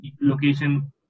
location